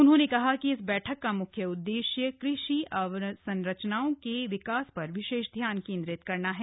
उन्होंने कहा कि इस बैठक का मुख्य उद्देश्य कृषि अवसंरचनाओं के विकास पर विशेष ध्यान केंद्रित करना है